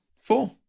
Four